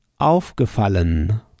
aufgefallen